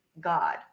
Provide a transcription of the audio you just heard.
God